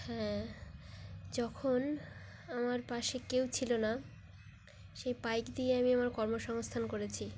হ্যাঁ যখন আমার পাশে কেউ ছিল না সেই বাইক দিয়ে আমি আমার কর্মসংস্থান করেছি